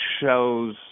shows